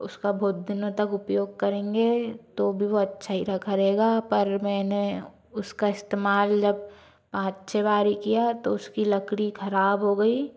उसका बहुत दिनों तक उपयोग करेंगे तो भी वो अच्छा ही रखा रहेगा पर मैंने उसका इस्तेमाल जब पाँच छः बारी किया तो उसकी लकड़ी ख़राब हो गई